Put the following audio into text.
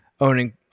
Owning